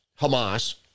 Hamas